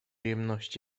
jemności